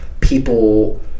people